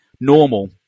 normal